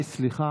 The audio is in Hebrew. סליחה,